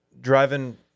Driving